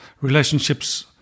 relationships